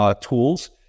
tools